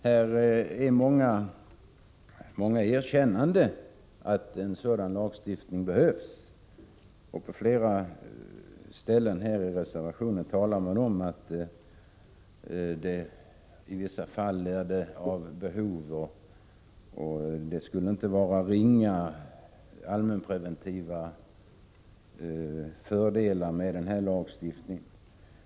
Här finns många erkännanden om att en sådan lagstiftning behövs. I reservationen talar man om behovet av lagstiftning i vissa fall, och man säger att den allmänpreventiva effekten av sådana åtgärder inte skulle vara ringa.